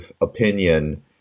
opinion